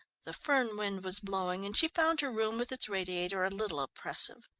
the fohn wind was blowing and she found her room with its radiator a little oppressive.